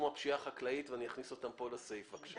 הפשיעה החקלאית ואני אכניס אותם כאן לסיפה.